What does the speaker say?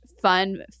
fun